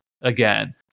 again